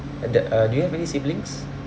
the uh do you have any siblings